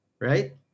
right